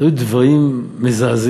היו דברים מזעזעים.